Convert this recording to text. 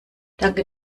danke